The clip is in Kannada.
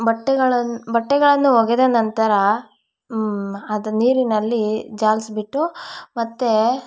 ಬಟ್ಟೆಗಳನ್ನು ಬಟ್ಟೆಗಳನ್ನು ಒಗೆದ ನಂತರ ಅದು ನೀರಿನಲ್ಲಿ ಜಾಲಿಸ್ಬಿಟ್ಟು ಮತ್ತು